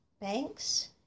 Banks